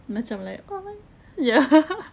macam like common ya